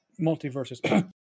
Multiverses